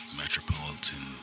metropolitan